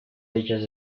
ellas